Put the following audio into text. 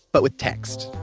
but with text.